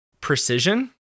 precision